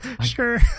Sure